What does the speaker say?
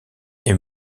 est